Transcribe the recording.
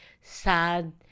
sad